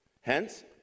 Hence